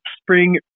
spring